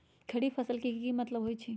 खरीफ फसल के की मतलब होइ छइ?